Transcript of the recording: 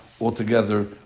altogether